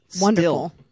wonderful